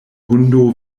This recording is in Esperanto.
hundo